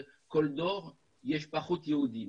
דור יש פחות יהודים,